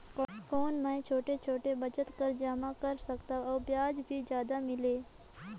कौन मै छोटे छोटे बचत कर जमा कर सकथव अउ ब्याज भी जादा मिले?